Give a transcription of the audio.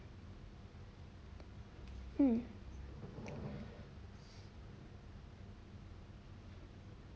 mm